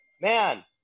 man